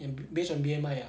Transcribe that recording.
and based on B_M_I ah